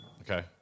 Okay